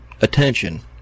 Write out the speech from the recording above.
Attention